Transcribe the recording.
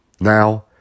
Now